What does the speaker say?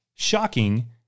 shocking